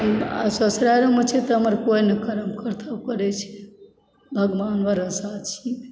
ससुरालमे छै तऽ हमर कोई नहि काम करै छै भगवन भरोसा छी